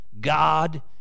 God